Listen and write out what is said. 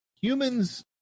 humans